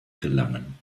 gelangen